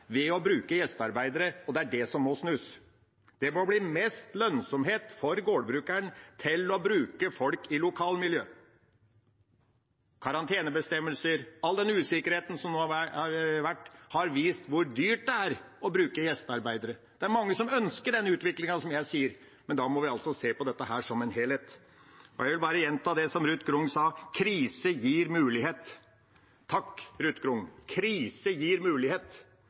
ved å bruke gjestearbeidere, og det er det som må snus. Det må bli mest lønnsomt for gårdbrukeren å bruke folk fra lokalmiljøet. Karantenebestemmelser, all den usikkerheten som nå har vært, har vist hvor dyrt det er å bruke gjestearbeidere. Det er mange som ønsker den utviklingen som jeg forteller om, men vi må se på dette som en helhet. Jeg vil bare gjenta det som Ruth Grung sa: Krise gir mulighet. Takk, Ruth Grung. Krise gir mulighet.